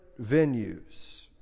venues